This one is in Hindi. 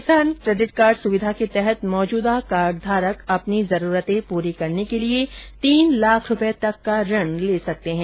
किसान क्रेडिट कार्ड सुविधा के तहत मौजूदा कार्डधारक अपनी जरूरते पूरी करने के लिए तीन लाख रूपये तक का ऋण ले सकते हैं